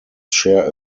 share